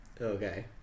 Okay